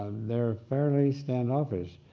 um they're fairly stand uppish.